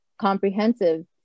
comprehensive